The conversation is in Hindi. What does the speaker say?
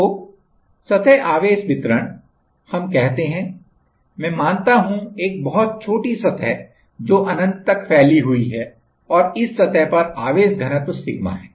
तो सतह आवेश वितरण हम कहते हैं मैं मानता हूं एक बहुत छोटी सतह जो अनन्त तक फैली हुयी है और इस सतह पर आवेश घनत्व सिग्मा है